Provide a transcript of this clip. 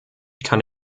kann